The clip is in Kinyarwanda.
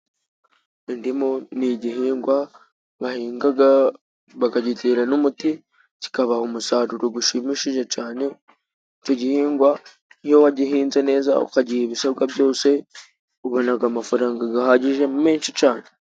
Indimu ni igihingwa bahinga, bakagitera n'umuti, kikabaha umusaruro ushimishije cyane, ku gihingwa, iyo wagihinze neza, ukagiha ibisabwa byose, ubona amafaranga ahagije menshi cyane.